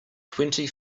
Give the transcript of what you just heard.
twenty